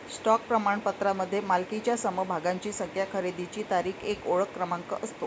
stock प्रमाणपत्रामध्ये मालकीच्या समभागांची संख्या, खरेदीची तारीख, एक ओळख क्रमांक असतो